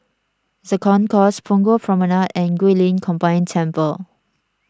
the Concourse Punggol Promenade and Guilin Combined Temple